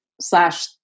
slash